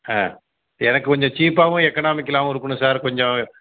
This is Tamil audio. ஆ எனக்கு கொஞ்சம் சீப்பாகவும் எக்கனாமிக்கலாகவும் இருக்கணும் சார் கொஞ்சம்